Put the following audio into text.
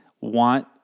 want